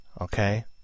okay